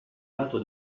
lato